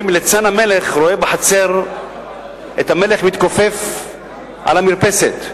ליצן המלך רואה בחצר את המלך מתכופף על המרפסת,